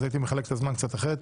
הייתי מחלק את הזמן קצת אחרת.